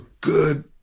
good